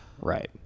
Right